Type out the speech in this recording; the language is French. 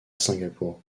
singapour